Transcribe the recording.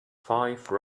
five